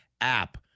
app